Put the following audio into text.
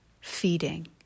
feeding